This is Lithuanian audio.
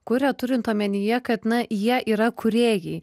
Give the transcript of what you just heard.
kuria turint omenyje kad na jie yra kūrėjai